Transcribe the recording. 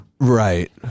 right